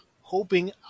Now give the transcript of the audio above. hoping